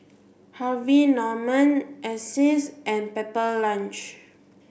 Harvey Norman Asics and Pepper Lunch